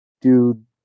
dude